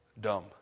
dumb